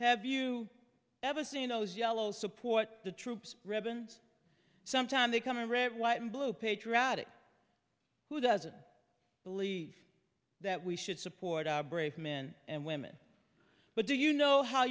have you ever seen those yellow support the troops ribbon sometime they come in red white and blue patriotic who doesn't believe that we should support our brave men and women but do you know how